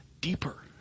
deeper